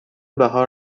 بهار